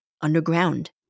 underground